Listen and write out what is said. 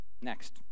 Next